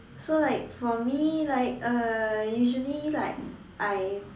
so like for me like uh usually like I